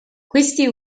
questi